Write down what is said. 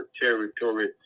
territory